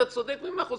אתה צודק במאה אחוז,